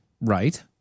Right